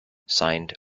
signed